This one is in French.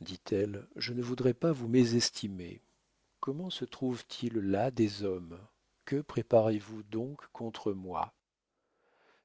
dit-elle je ne voudrais pas vous mésestimer comment se trouve-t-il là des hommes que préparez-vous donc contre moi